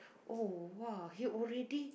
oh !wah! he already